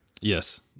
Yes